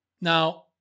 Now